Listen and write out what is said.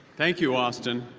thank you, austin.